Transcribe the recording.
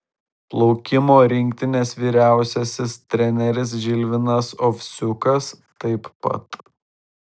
plaukimo rinktinės vyriausiasis treneris žilvinas ovsiukas taip pat